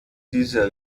dieser